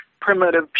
primitive